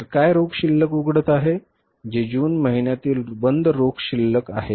तर काय रोख शिल्लक उघडत आहे जे जून महिन्यातील बंद रोख शिल्लक आहे